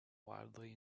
wildly